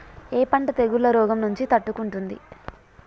ఏ పంట తెగుళ్ల రోగం నుంచి తట్టుకుంటుంది?